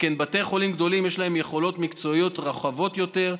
שכן לבתי חולים גדולים יש יכולות מקצועיות רחבות יותר,